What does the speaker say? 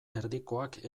erdikoak